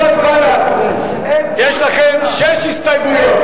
קבוצת בל"ד, יש לכם שש הסתייגויות.